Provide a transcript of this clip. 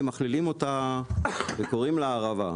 מכלילים אותה וקוראים לה ערבה,